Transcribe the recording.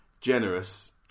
generous